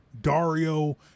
Dario